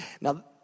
Now